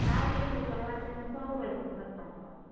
charge لگاتے ہیں ہم سو روپیے لگتا ہے چارج